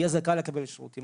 יהיה זכאי לקבל שירותים.